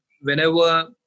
whenever